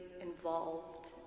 involved